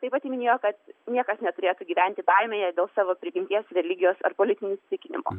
taip pat ji minėjo kad niekas neturėtų gyventi baimėje dėl savo prigimties religijos ar politinių įsitikinimų